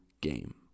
game